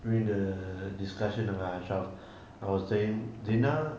during the discussion dengan ashraf I was saying zina